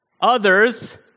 others